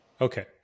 Okay